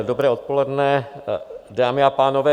Dobré odpoledne, dámy a pánové.